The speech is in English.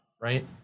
right